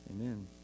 Amen